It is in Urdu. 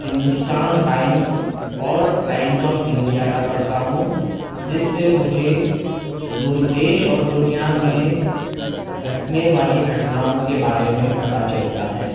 ہندوستان ٹائمز اور ٹائمز آف انڈیا کا پڑھتا ہوں جس سے مجھے دیش اور دنیا میں گھٹنے والی گھٹناؤں کے بارے میں پتا چلتا ہے